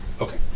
Okay